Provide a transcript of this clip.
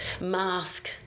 mask